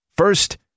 First